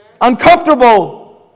uncomfortable